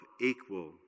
equal